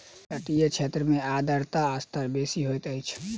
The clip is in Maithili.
तटीय क्षेत्र में आर्द्रता स्तर बेसी होइत अछि